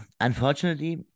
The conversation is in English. unfortunately